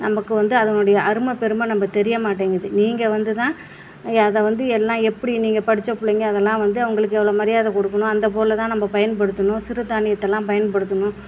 நமக்கு வந்து அதனுடைய அருமை பெருமை நம்ம தெரியமாட்டேங்கிறது நீங்கள் வந்து தான் அதை வந்து எல்லாம் எப்படி நீங்கள் படித்த பிள்ளைங்க அதெல்லாம் வந்து அவங்களுக்கு எவ்வளோ மரியாதை கொடுக்கணும் அந்த பொருளைதான் தான் நம்ம பயன்படுத்தணும் சிறு தானியத்தெல்லாம் பயன்படுத்தணும்